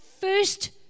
first